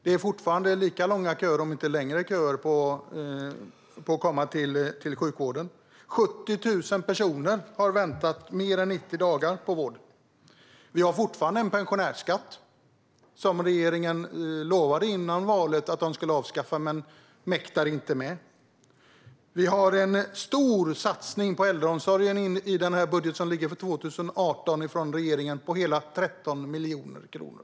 Det är fortfarande lika långa köer, om inte längre, för att få komma till sjukvården. 70 000 personer har väntat mer än 90 dagar på vård. Vi har fortfarande en pensionärsskatt, som regeringen före valet lovade att avskaffa, men man mäktar inte med det. Det görs en stor satsning på äldreomsorgen i regeringens budget för 2018 med hela 13 miljoner kronor.